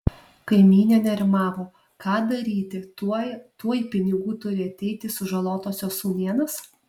kaimynė nerimavo ką daryti tuoj tuoj pinigų turi ateiti sužalotosios sūnėnas